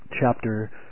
chapter